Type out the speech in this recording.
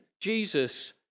Jesus